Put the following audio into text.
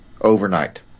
overnight